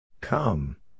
Come